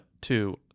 two